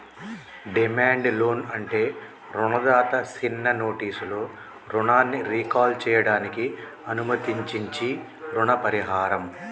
demand loan అంటే రుణదాత సిన్న నోటీసులో రుణాన్ని రీకాల్ సేయడానికి అనుమతించించీ రుణ పరిహారం